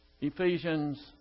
Ephesians